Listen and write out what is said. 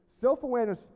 self-awareness